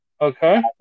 Okay